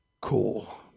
cool